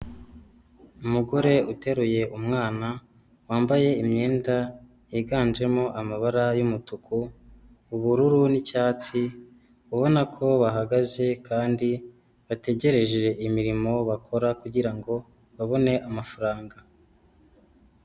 Umugore uteruye umwana wambaye imyenda yiganjemo amabara y'umutuku, ubururu ni'icyatsi. Ubona ko bahagaze kandi bategereje imirimo bakora kugira ngo babone amafaranga.